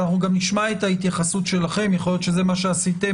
נשמע את ההתייחסות שלכם - יכול להיות שזה מה שעשיתם.